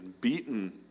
beaten